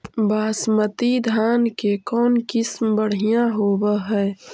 बासमती धान के कौन किसम बँढ़िया होब है?